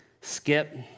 Skip